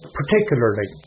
particularly